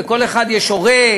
לכל אחד יש הורה,